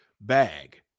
bag